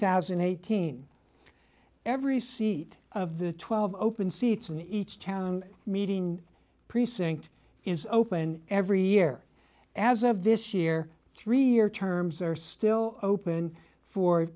thousand and eighteen every seat of the twelve open seats in each town meeting precinct is open every year as of this year three year terms are still open for